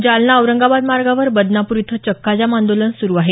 जालना औरंगाबाद मार्गावर बदनापूर इथं चक्का जाम आंदोलन सुरु आहे